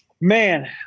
Man